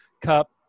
cup